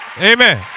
Amen